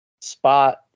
spot